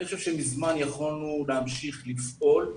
אני חושב שמזמן יכולנו להמשיך לפעול.